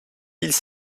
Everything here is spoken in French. villes